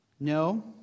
No